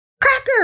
cracker